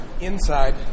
Inside